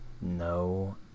No